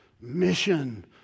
mission